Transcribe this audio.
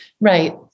Right